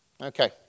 Okay